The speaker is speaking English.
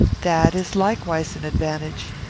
that is likewise an advantage.